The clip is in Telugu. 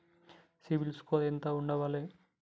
సిబిల్ స్కోరు ఎంత ఉండాలే?